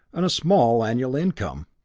and a small annual income.